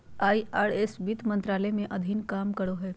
IRS वित्त मंत्रालय के अधीन काम करो हय